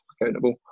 accountable